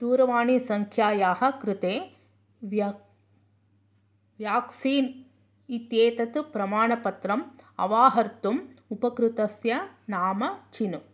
दूरवाणीसङ्ख्यायाः कृते व्या व्याक्सीन् इत्येतत् प्रमाणपत्रम् अवाहर्तुम् उपकृतस्य नाम चिनु